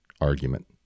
argument